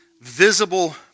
visible